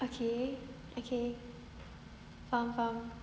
okay okay faham faham